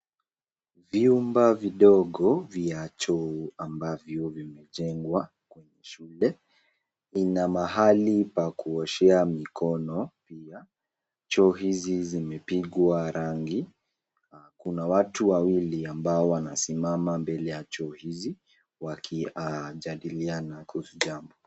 Vyumba vidogo vya choo ambavyo vimejengwa shule. Vina mahali pa kuoshea mikono pia. Choo hizi zimepigwa rangi. Na kuna watu wawili ambao wanasimama mbele ya choo hizi, wakijadiliana kuhusu jambo.